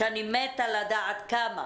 שאני מתה לדעת כמה